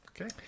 Okay